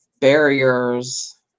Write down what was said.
barriers